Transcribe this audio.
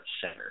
center